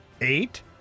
eight